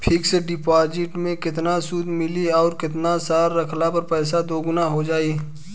Fix deposit मे केतना सूद मिली आउर केतना साल रखला मे पैसा दोगुना हो जायी?